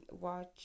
watch